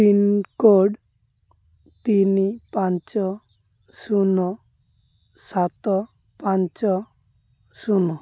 pincode ତିନି ପାଞ୍ଚ ଶୂନ ସାତ ପାଞ୍ଚ ଶୂନ